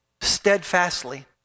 steadfastly